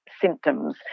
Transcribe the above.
symptoms